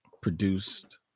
produced